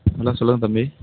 hello சொல்லுங்கள் தம்பி